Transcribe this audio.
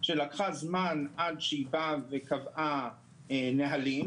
שלקח זמן עד שהיא קבעה נהלים.